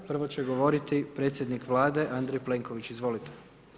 Prvo će govoriti predsjednik Vlade Andrej Plenković, izvolite.